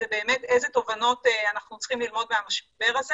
זה באמת איזה תובנות אנחנו צריכים ללמוד מהמשבר הזה